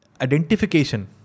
identification